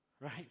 right